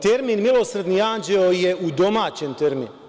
Termin „milosrdni anđeo“ je odomaćen termin.